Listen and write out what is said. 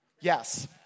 Yes